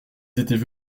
étaient